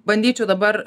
bandyčiau dabar